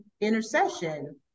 intercession